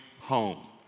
home